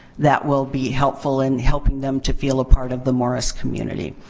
that will be helpful in helping them to feel a part of the morris community.